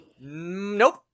Nope